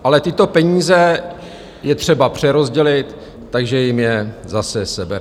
Ale tyto peníze je třeba přerozdělit, takže jim je zase sebere.